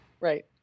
right